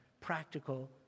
practical